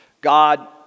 God